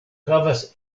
havas